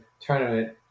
tournament